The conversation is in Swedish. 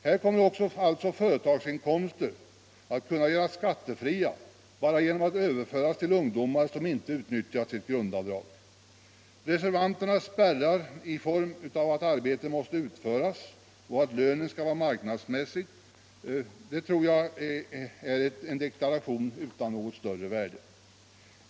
Här kommer alltså företagsinkomster att kunna göras skattefria bara genom att de överförs till ungdomar som inte utnyttjar sitt grundavdrag. Reservanternas spärrar i form av att arbetet måste utföras och att lönen skall vara marknadsmässig tror jag är en deklaration utan något större värde.